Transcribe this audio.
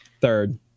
Third